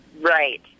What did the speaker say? Right